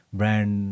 brand